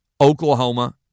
Oklahoma